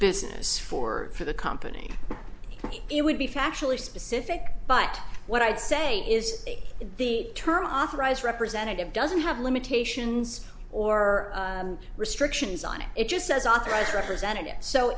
business for for the company it would be factually specific but what i'd say is the term authorized representative doesn't have limitations or restrictions on it it just says authorized representative so